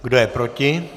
Kdo je proti?